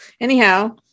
Anyhow